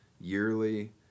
yearly